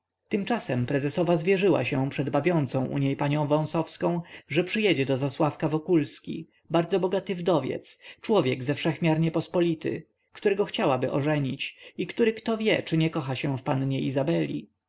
tymczasem prezesowa zwierzyła się przed bawiącą u niej panią wąsowską że przyjedzie do zasławia wokulski bardzo bogaty wdowiec człowiek ze wszechmiar niepospolity którego chciałaby ożenić i który kto wie czy nie kocha się w pannie izabeli